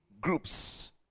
groups